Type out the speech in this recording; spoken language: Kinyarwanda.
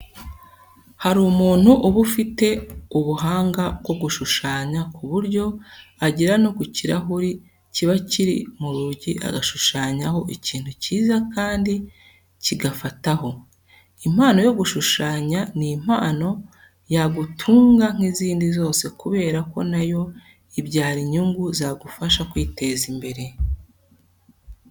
Hari umuntu uba ufite ubahanga bwo gushushanya ku buryo agera no ku kirahuri kiba kiri mu rugi agashushanyaho ikintu cyiza kandi kigafataho. Impano yo gushushanya ni impano yagutunga nk'izindi zose kubera ko na yo ibyara inyungu zagufasha kwiteza imbere.